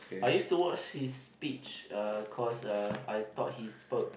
I use to watch his speech uh cause uh I thought he spoke